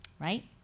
right